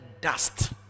dust